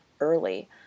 early